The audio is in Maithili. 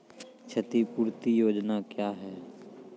क्षतिपूरती योजना क्या हैं?